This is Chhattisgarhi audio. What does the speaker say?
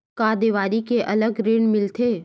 का देवारी के अलग ऋण मिलथे?